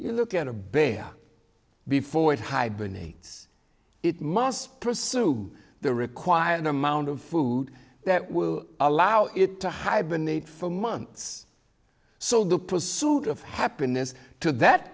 you look at a bear before it hibernates it must pursue the required amount of food that will allow it to hibernate for months so the pursuit of happiness to that